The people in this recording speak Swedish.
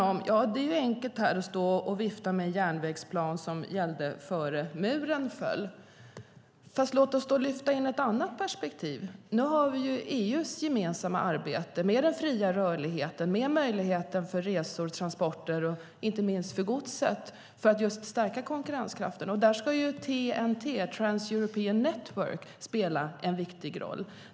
Det är enkelt att stå här och vifta med en järnvägsplan som gällde innan muren föll. Låt oss lyfta in ett annat perspektiv! Nu har vi EU:s gemensamma arbete med den fria rörligheten, med möjlighet till resor och transporter, inte minst för godset, för att just stärka konkurrenskraften. Där ska TEN-T, Trans-European Networks, spela en viktig roll.